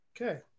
Okay